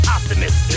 Optimist